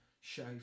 show